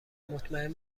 مطمئن